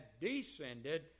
descended